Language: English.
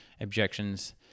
objections